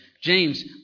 James